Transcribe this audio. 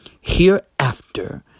hereafter